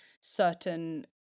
certain